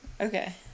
okay